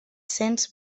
cents